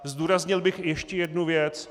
Zdůraznil bych ještě jednu věc.